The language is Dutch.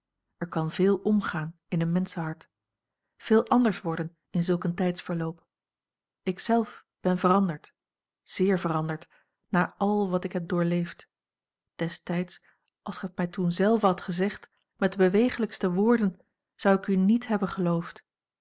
er kan veel omgaan in een menschenhart veel anders worden in zulk een tijdsverloop ik zelf ben veranderd zeer veranderd na al wat ik heb doorleefd destijds als gij het mij toen zelve had gezegd met de beweeglijkste woorden zou ik u niet hebben geloofd